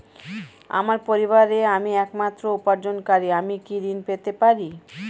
আমার পরিবারের আমি একমাত্র উপার্জনকারী আমি কি ঋণ পেতে পারি?